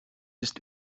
ist